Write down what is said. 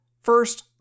First